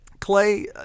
Clay